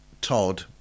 Todd